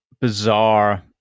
bizarre